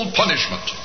punishment